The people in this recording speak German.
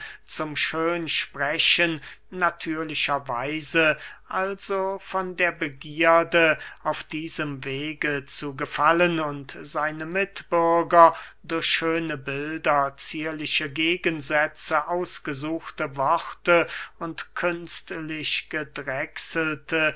zum schönsprechen natürlicher weise also von der begierde auf diesem wege zu gefallen und seine mitbürger durch schöne bilder zierliche gegensätze ausgesuchte worte und künstlich gedrechselte